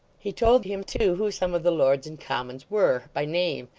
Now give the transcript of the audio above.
he told him, too, who some of the lords and commons were, by name,